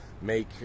make